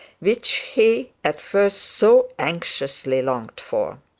which he at first so anxiously longed for.